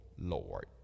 Lord